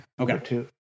Okay